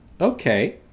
Okay